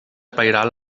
pairal